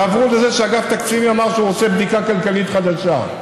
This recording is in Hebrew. ועברו לזה שאגף תקציבים אמר שהוא רוצה בדיקה כלכלית חדשה.